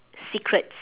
secrets